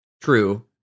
true